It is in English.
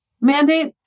mandate